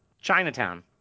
Chinatown